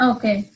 Okay